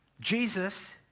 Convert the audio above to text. Jesus